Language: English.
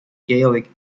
gaelic